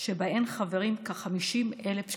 שבהן חברים כ-50,000 קשישים,